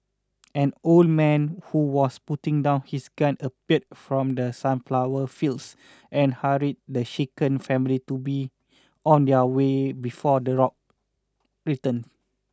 an old man who was putting down his gun appeared from the sunflower fields and hurried the shaken family to be on their way before the dogs return